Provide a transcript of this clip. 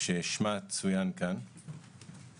ששמה צוין כאן,